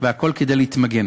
הכול כדי להתמגן.